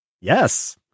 Yes